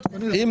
יש